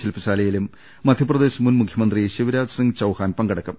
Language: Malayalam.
ശിൽപ്പശാലയിലും മധ്യപ്രദേശ് മുൻ മുഖ്യമന്ത്രി ശിവരാജ് സിങ് ചൌഹാൻ പങ്കെടുക്കും